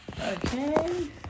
Okay